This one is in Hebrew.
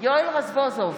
יואל רזבוזוב,